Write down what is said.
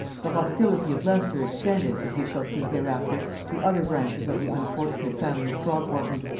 the hostility of leicester extended, as we shall see hereafter, to other branches of the unfortunate family of throgmorton,